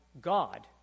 God